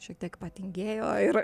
šiek tiek patingėjo ir